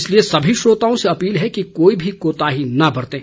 इसलिए सभी श्रोताओं से अपील है कि कोई भी कोताही न बरतें